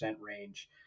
range